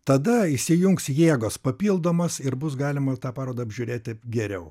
tada įsijungs jėgos papildomos ir bus galima tą parodą apžiūrėti geriau